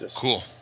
Cool